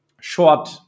short